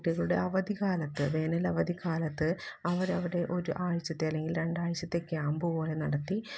കുട്ടികളുടെ അവധിക്കാലത്ത് വേനലവധിക്കാലത്ത് അവര് അവിടെ ഒരു ആഴ്ചത്തെ അല്ലെങ്കില് രണ്ട് ആഴ്ചത്തെ ക്യാമ്പ് പോലെ നടത്തി